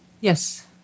Yes